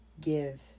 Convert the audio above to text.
give